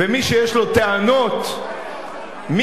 ומי שיש לו טענות, הצחקת אותנו.